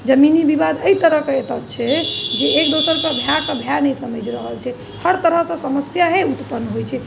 जमीनी विवाद एहि तरहके एतहु छै जे एक दोसरके भाइके भाइ नहि समझि रहल छै हर तरहसँ समस्याए उत्पन्न होइ छै